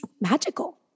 magical